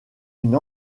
une